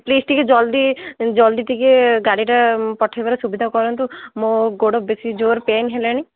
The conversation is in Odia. ପ୍ଲିଜ୍ ଟିକେ ଜଲ୍ଦି ଜଲ୍ଦି ଟିକେ ଗାଡ଼ିଟା ପଠାଇବାର ସୁବିଧା କରନ୍ତୁ ମୋ ଗୋଡ଼ ବେଶି ଜୋରରେ ପେନ୍ ହେଲାଣି